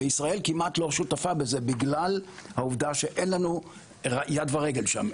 וישראל כמעט לא שותפה בזה בגלל העובדה שאין לנו יד ורגל שם,